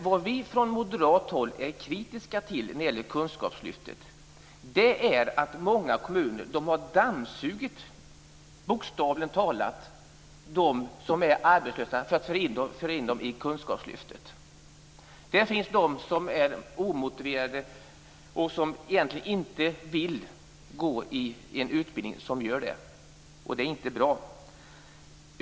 Vad vi från moderat håll är kritiska mot i kunskapslyftet är att många kommuner har "dammsugit" arbetslösa för att få in dem i kunskapslyftet. Det finns de som är omotiverade och som egentligen inte vill gå en utbildning men som ändå gör det. Det är inte bra.